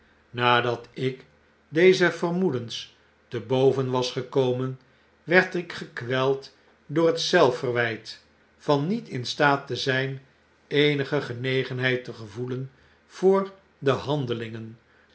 nadat ik deze vermoedens te boven was gekomen werd ik gekweld door het zelfverwijt van met in staat te zyn eenige genegenheid te gevoelen voor de handelingen